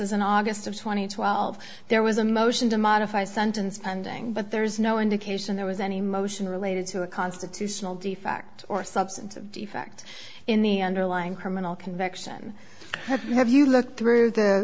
is in august of two thousand and twelve there was a motion to modify sentence pending but there's no indication there was any motion related to a constitutional defect or substantive defect in the underlying criminal conviction have you looked through the